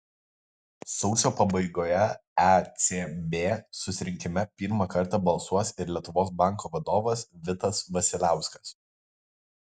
sausio pabaigoje ecb susirinkime pirmą kartą balsuos ir lietuvos banko vadovas vitas vasiliauskas